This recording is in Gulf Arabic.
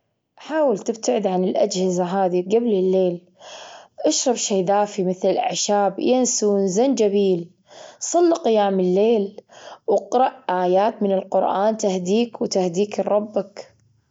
حاول تبتعد عن الأجهزة هذه قبل الليل. أشرب شي دافي مثل الأعشاب، ينسون، زنجبيل. صلي قيام الليل، وإقرأ آيات من القرآن تهديك وتهديك لربك.